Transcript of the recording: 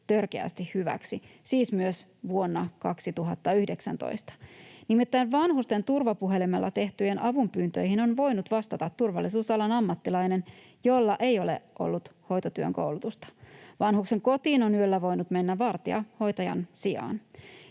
törkeästi hyväksi, siis myös vuonna 2019: nimittäin vanhusten turvapuhelimella tehtyihin avunpyyntöihin on voinut vastata turvallisuusalan ammattilainen, jolla ei ole ollut hoitotyön koulutusta. Vanhuksen kotiin on yöllä voinut mennä vartija hoitajan sijaan.